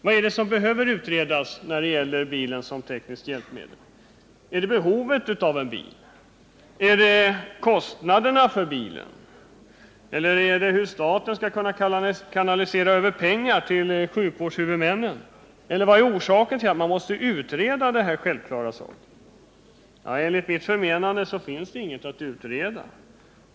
Vad är det som behöver utredas när det gäller bilen som tekniskt hjälpmedel? Är det behovet av bil? Är det kostnaderna för bilen? Är det hur staten skall kanalisera över pengar till sjukvårdshuvudmännen, eller vad är det? Enligt vårt förmenande finns det inget att utreda.